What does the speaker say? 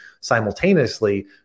simultaneously